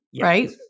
right